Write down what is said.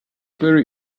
very